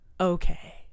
okay